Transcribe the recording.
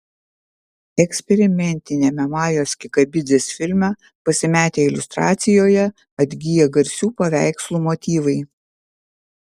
eksperimentiniame majos kikabidzės filme pasimetę iliustracijoje atgyja garsių paveikslų motyvai